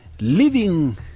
living